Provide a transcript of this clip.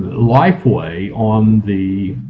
lifeway on the.